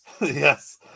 Yes